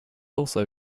also